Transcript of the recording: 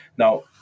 Now